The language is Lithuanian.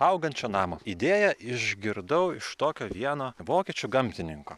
augančio namo idėją išgirdau iš tokio vieno vokiečių gamtininko